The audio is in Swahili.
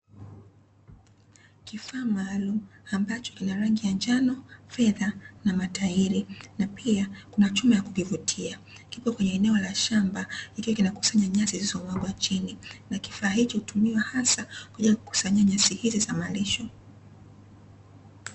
Kifaa maalumu ambacho kina rangi ya njano, fedha na matairi na pia kuna chuma ya kukivutia, kipo kwenye eneo la shamba kikiwa kinakusanya nyasi zilizomwagwa chini, na kifaa hicho hutumiwa hasa kwa ajili ya kukusanyia nyasi hizi za malisho.